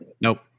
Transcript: Nope